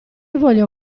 voglio